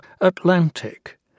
Atlantic